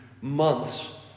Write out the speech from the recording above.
months